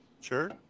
Sure